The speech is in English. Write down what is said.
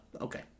okay